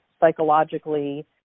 psychologically